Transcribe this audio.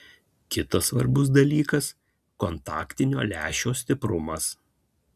kitas svarbus dalykas kontaktinio lęšio stiprumas